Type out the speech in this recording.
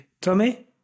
Tommy